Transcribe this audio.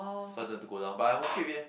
sudden to go down but I won't feel it eh